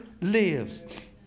lives